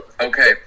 Okay